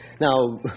Now